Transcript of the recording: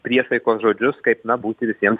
priesaikos žodžius kaip na būti visiems